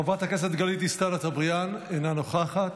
חברת הכנסת גלית דיסטל אטבריאן, אינה נוכחת,